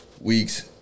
weeks